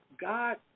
God